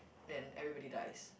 then everybody dies